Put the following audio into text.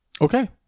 okay